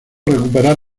recuperar